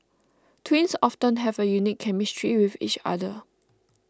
twins often have a unique chemistry with each other